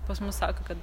pas mus sako kad